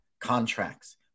contracts